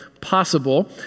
possible